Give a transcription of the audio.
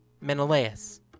menelaus